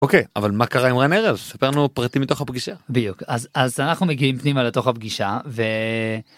אוקיי אבל מה קרה עם רן ערב ספר לנו פרטים מתוך הפגישה בדיוק אז אז אנחנו מגיעים פנימה לתוך הפגישה ו.